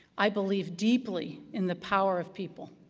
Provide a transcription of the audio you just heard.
i believe deeply in the power of people,